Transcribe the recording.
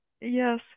Yes